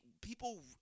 people